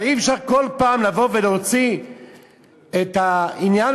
אבל אי-אפשר כל פעם לבוא ולהוציא את העניין